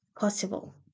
possible